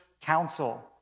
council